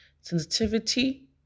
sensitivity